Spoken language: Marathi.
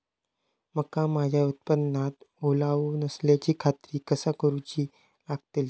मका माझ्या उत्पादनात ओलावो नसल्याची खात्री कसा करुची लागतली?